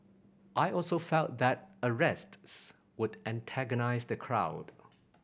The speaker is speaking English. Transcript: I also felt that arrests would antagonise the crowd